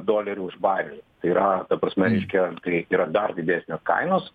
dolerių už barelį tai yra prasme reiškia tai yra dar didesnės kainos